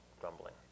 grumbling